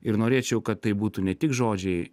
ir norėčiau kad tai būtų ne tik žodžiai